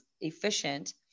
efficient